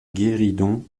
guéridon